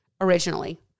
originally